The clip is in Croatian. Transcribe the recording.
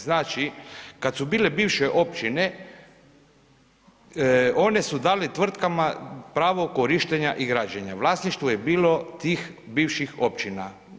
Znači, kad su bile bivše općine, one su dale tvrtkama pravo korištenja i građenja, vlasništvo je bilo tih bivših općina.